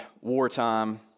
wartime